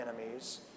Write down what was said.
enemies